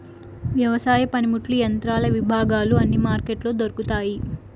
వ్యవసాయ పనిముట్లు యంత్రాల విభాగాలు అన్ని మార్కెట్లో దొరుకుతాయి